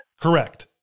Correct